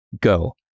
Go